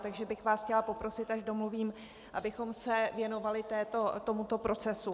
Takže bych vás chtěla poprosit, až domluvím, abychom se věnovali tomuto procesu.